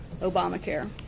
Obamacare